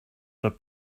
the